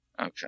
Okay